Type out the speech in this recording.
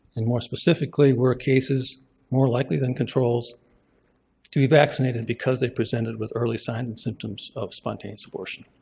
and more specifically, were cases more likely than controls to be vaccinated because they presented with early signs and symptoms of spontaneous abortion?